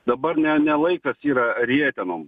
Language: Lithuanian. dabar ne ne laikas yra rietenom